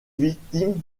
victime